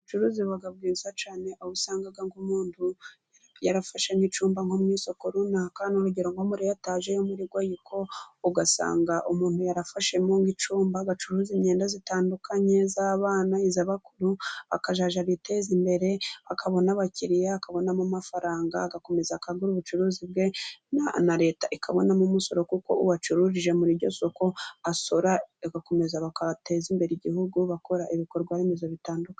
Ubucuruzi buba bwiza cyane, aho usanga nk'umuntu yarafashe nk'icumba nko mu isoko runaka n'urugero nko muri etaje yo muri goyiko, ugasanga umuntu yarafashe mo icyumba agacuruza imyenda zitandukanye z'abana iza bakuru akazajya ariteza imbere. Akabona abakiriya akabonamo amafaranga agakomeza akagura ubucuruzi bwe, na leta ikabonamo umusoro, kuko uwacururije muri iryo soko asora igakomeza bakateza imbere igihugu bakora ibikorwaremezo bitandukanye.